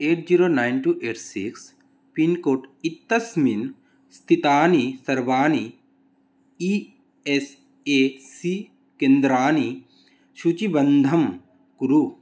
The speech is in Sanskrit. eight zero nine two eight six pincode इत्यस्मिन् स्थितानि सर्वाणि ई एस् ए सी केन्द्राणि सूचीबद्धं कुरु